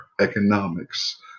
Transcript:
economics